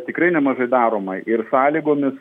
tikrai nemažai daroma ir sąlygomis